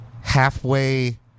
halfway